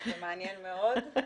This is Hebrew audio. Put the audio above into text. זה מעניין מאוד.